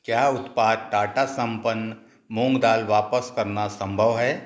क्या उत्पाद टाटा संपन्न मूँग दाल वापस करना संभव है